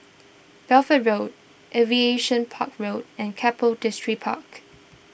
Bedford Road Aviation Park Road and Keppel Distripark